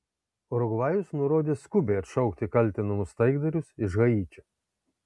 urugvajus nurodė skubiai atšaukti kaltinamus taikdarius iš haičio